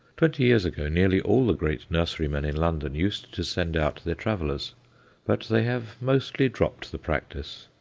twenty years ago, nearly all the great nurserymen in london used to send out their travellers but they have mostly dropped the practice.